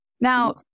Now